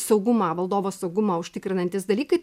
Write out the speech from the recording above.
saugumą valdovo saugumą užtikrinantys dalykai